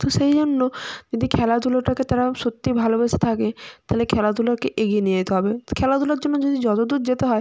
তো সেই জন্য যদি খেলাধুলোটাকে তারা সত্যি ভালবেসে থাকে তালে খেলাধুলাকে এগিয়ে নিয়ে যেতে হবে তো খেলাধুলার জন্য যদি যতো দূর যেতে হয়